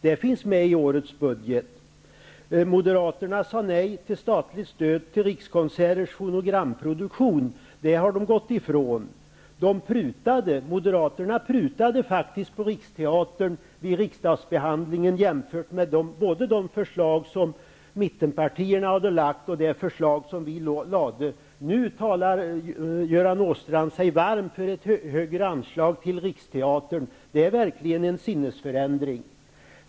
Men pengar till detta finns med i årets budget. Rikskonserters fonogramproduktion. Det yrkandet har de gått ifrån. Moderaterna prutade faktiskt på Riksteatern vid riksdagsbehandlingen, jämfört med både det förslag som mittenpartierna hade lagt och det förslag som vi lade fram. Nu talar Göran Åstrand sig varm för ett högre anslag till Riksteatern. Det är verkligen en sinnesförändring!